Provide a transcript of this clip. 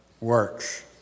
works